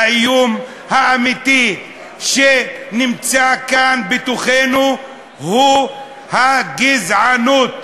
האיום האמיתי שנמצא כאן בתוכנו הוא הגזענות,